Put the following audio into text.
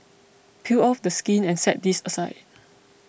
peel off the skin and set this aside